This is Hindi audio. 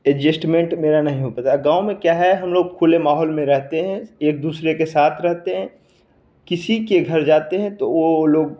एडजस्टमेंट मेरा नहीं हो पाता गाँव में क्या है हम लोग खुले माहौल में रहते हैं एक दूसरे के साथ रहते किसी के घर जाते हैं वो लोग